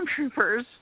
stormtroopers